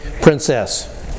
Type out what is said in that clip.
princess